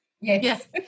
Yes